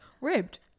Ribbed